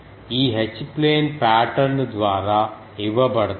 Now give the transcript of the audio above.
ఈ H plane pattern ద్వారా ఇవ్వబడతాయి